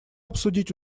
обсудить